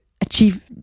achieve